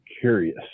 curious